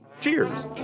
Cheers